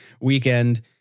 weekend